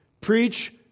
preach